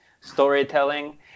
storytelling